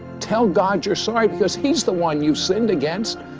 tell god you're sorry because he's the one you sinned against,